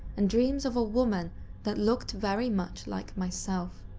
and dreams of a woman that looked very much like myself.